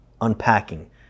unpacking